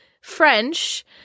French